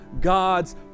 God's